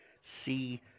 See